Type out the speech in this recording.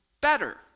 better